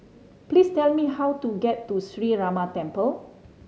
please tell me how to get to Sree Ramar Temple